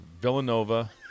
Villanova